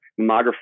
Mammography